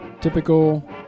typical